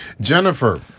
Jennifer